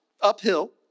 uphill